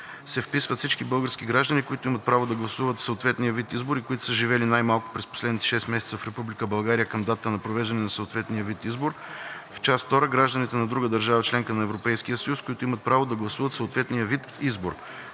се вписват всички български граждани, които имат право да гласуват в съответния вид избор и които са живели най малко през последните шест месеца в Република България към датата на провеждане на съответния вид избор. В част II – гражданите на друга държава –членка на Европейския съюз, които имат право да гласуват в съответния вид избор.“